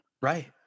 Right